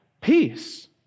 peace